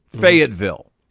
Fayetteville